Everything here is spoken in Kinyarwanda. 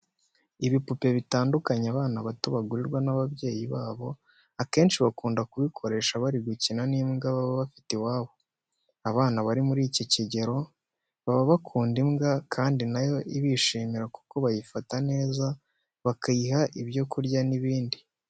Ibipupe bitandukanye abana bato bagurirwa n'ababyeyi babo akenshi bakunda kubikoresha bari gukina n'imbwa baba bafite iwabo. Abana bari muri iki kigero baba bakunda imbwa kandi na yo ibishimira kuko bayifata neza bakayiha ibyo kurya n'ibindi.